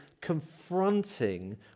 confronting